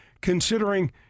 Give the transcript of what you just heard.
considering